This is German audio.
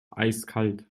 eiskalt